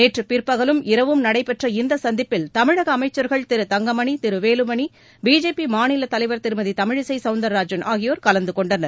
நேற்று பிற்பகலும் இரவும் நடைபெற்ற இந்த சந்திப்பில் தமிழக அமைச்சர்கள் திரு தங்கமணி திரு வேலுமனி பிஜேபி மாநில தலைவர் திருமதி தமிழிசை சவுந்திரராஜன் ஆகியோர் கலந்தகொண்டனர்